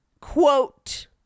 Quote